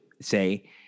say